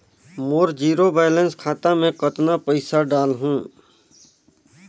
मोर zero balance खाता मे कतना पइसा डाल हूं?